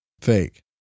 fake